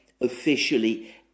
officially